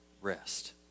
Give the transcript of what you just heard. rest